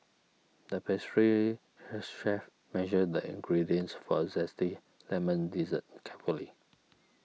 the pastry chef measured the ingredients for a Zesty Lemon Dessert carefully